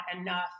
enough